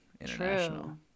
International